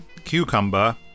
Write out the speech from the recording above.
cucumber